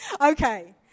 Okay